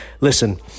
Listen